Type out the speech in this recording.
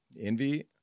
Envy